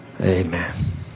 Amen